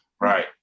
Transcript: Right